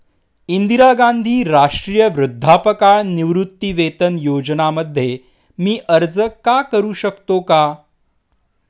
इंदिरा गांधी राष्ट्रीय वृद्धापकाळ निवृत्तीवेतन योजना मध्ये मी अर्ज का करू शकतो का?